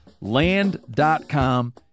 land.com